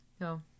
No